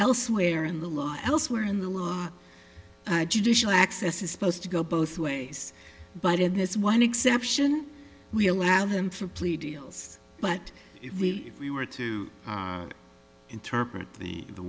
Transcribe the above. elsewhere in the law elsewhere in the law judicial access is supposed to go both ways but in this one exception we allow them for plea deals but if we if we were to interpret the the